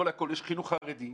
יש "חינוך חרדי",